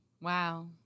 Wow